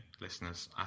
listeners